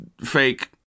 fake